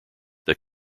that